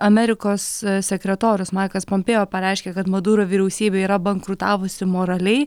amerikos sekretorius markas pompėjo pareiškė kad maduro vyriausybė yra bankrutavusi moraliai